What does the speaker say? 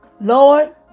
Lord